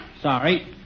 Sorry